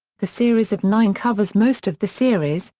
the series of nine covers most of the series,